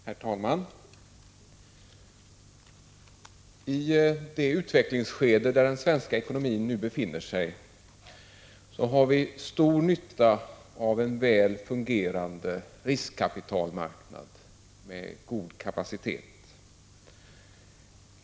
Herr talman! I det utvecklingsskede där den svenska ekonomin nu befinner sig har vi stor nytta av en väl fungerande riskkapitalmarknad med god kapacitet.